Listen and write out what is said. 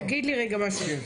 תגיד לי רגע משהו.